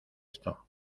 esto